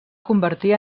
convertir